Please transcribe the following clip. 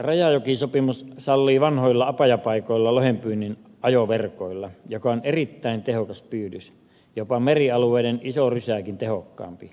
rajajokisopimus sallii vanhoilla apajapaikoilla lohenpyynnin ajoverkolla joka on erittäin tehokas pyydys jopa merialueiden isorysääkin tehokkaampi